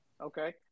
Okay